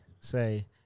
say